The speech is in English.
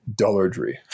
dullardry